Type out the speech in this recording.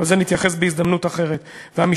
אבל לזה נתייחס בהזדמנות אחרת,